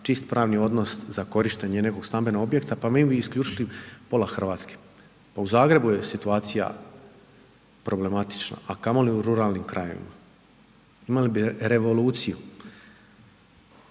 čist pravni odnos za korištenje nekog stambenog objekta pa mi bi isključili pola Hrvatske. Pa u Zagrebu je situacija problematična a kamoli u ruralnim krajevima, imali bi revoluciju.